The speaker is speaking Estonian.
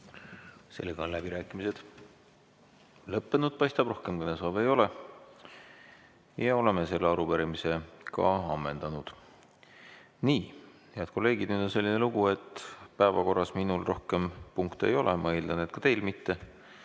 ammendanud. Läbirääkimised on lõppenud. Paistab, et rohkem kõnesoove ei ole. Oleme ka selle arupärimise ammendanud. Nii, head kolleegid, nüüd on selline lugu, et päevakorras minul rohkem punkte ei ole. Ma eeldan, et ka teil mitte,